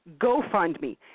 GoFundMe